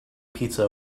pizza